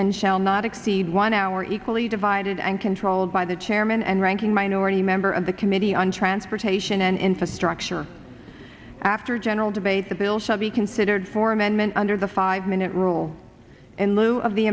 and shall not exceed one hour equally divided and controlled by the chairman and ranking minority member of the committee on transportation and infrastructure after general debate the bill shall be considered for amendment under the five minute rule in lieu of the